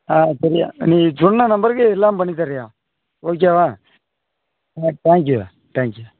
ஆ சொல்லுயா நீ சொன்ன நம்பருக்கு எல்லாம் பண்ணித்தரேன்யா ஓகேவா ஆ தேங்க்யூயா தேங்க் யூ